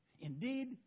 Indeed